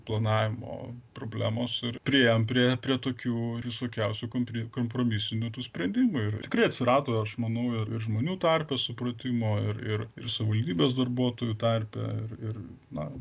planavimo problemos ir priėjom prie prie tokių visokiausių kompi kompromisinių tų sprendimų ir tikrai atsirado aš manau ir žmonių tarpe supratimo ir ir ir savivaldybės darbuotojų tarpe ir ir na